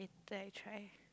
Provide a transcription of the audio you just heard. then I try